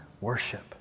worship